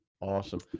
Awesome